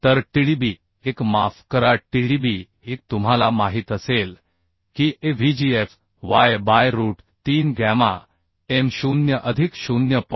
तरTdb 1 माफ करा Tdb 1 तुम्हाला माहित असेल की avgfy by root 3 gamma m 0 अधिक 0